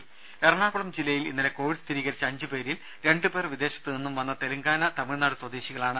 രുമ എറണാകുളം ജില്ലയിൽ ഇന്നലെ കോവിഡ് സ്ഥിരീകരിച്ച അഞ്ചു പേരിൽ രണ്ടുപേർ വിദേശത്തു നിന്നും വന്ന തെലുങ്കാന തമിഴ്നാട് സ്വദേശികളാണ്